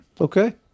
okay